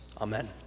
Amen